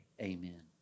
amen